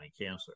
cancer